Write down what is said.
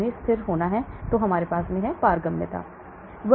उन्हें स्थिर होना है तो हमारे पास पारगम्यता है